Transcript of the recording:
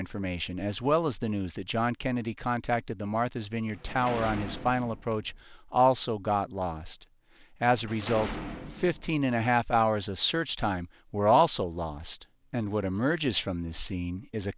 information as well as the news that john kennedy contacted the martha's vineyard tower on his final approach also got lost as a result fifteen and a half hours of search time were also lost and what emerges from this scene is a